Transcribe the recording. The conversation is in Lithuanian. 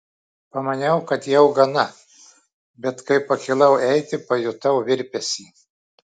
pamaniau kad jau gana bet kai pakilau eiti pajutau virpesį